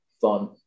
fun